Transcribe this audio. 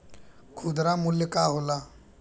खुदरा मूल्य का होला?